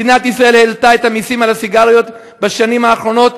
מדינת ישראל העלתה את המסים על הסיגריות בשנים האחרונות.